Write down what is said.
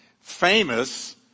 famous